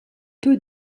peu